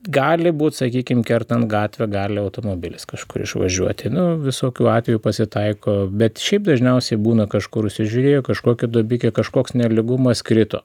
gali būt sakykim kertant gatvę gali automobilis kažkur išvažiuoti nu visokių atvejų pasitaiko bet šiaip dažniausiai būna kažkur užsižiūrėjo kažkokia duobikė kažkoks nelygumas krito